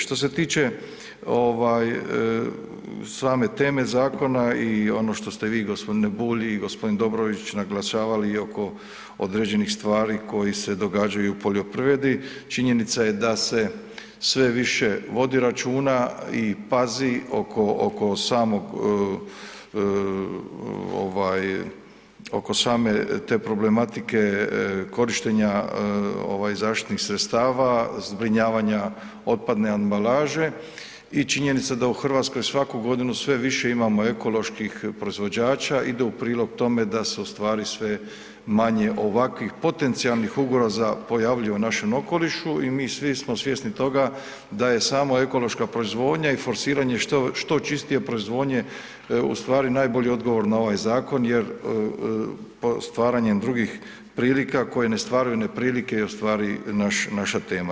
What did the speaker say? Što se tiče ovaj same teme zakona i ono što ste vi gospodine Bulj i gospodin Dobrović naglašavali i oko određenih stvari koji se događaju u poljoprivredi, činjenica je da se sve više vodi računa i pazi oko samog ovaj oko same te problematike korištenja ovaj zaštitnih sredstava, zbrinjavanja otpadne ambalaže i činjenica da u Hrvatskoj svaku godinu sve više imamo ekoloških proizvođača ide u prilog tome da se u stvari sve manje ovakvih potencijalnih ugroza pojavljuje u našem okolišu i mi svi smo svjesni toga da je samo ekološka proizvodnja i forsiranje što čistije proizvodnje u stvari najbolji odgovor na ovaj zakon jer stvaranjem drugi prilika koje ne stvaraju neprilike i ostvari naša tema.